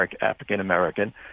African-American